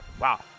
Wow